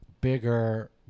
bigger